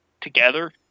together